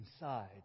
inside